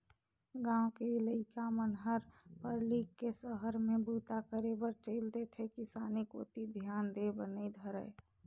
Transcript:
गाँव के लइका मन हर पढ़ लिख के सहर में बूता करे बर चइल देथे किसानी कोती धियान देय बर नइ धरय